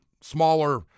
smaller